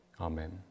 Amen